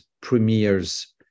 premieres